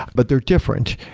but they're different.